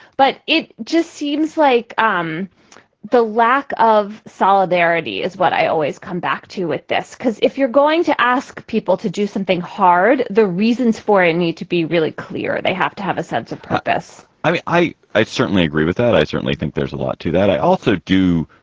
but it just seems like um the lack of solidarity is what i always come back to with this, because if you're going to ask people to do something hard. the reasons for it need to be really clear. they have to have a sense of purpose i mean, i, i certainly agree with that. i certainly think there's a lot to that. i also do